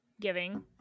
giving